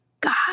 God